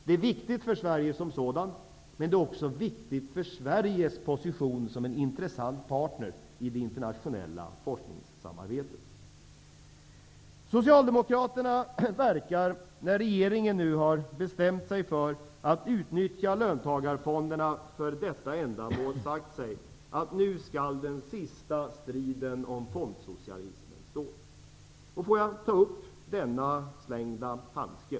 Det är viktigt för Sverige som sådant, men också för Sveriges position som en intressant partner i det internationella forskningssamarbetet. När regeringen nu har bestämt sig för att utnyttja löntagarfonderna för detta ändamål, verkar Socialdemokraterna ha sagt sig att nu skall den sista striden om fondsocialismen stå. Låt mig ta upp denna kastade handske.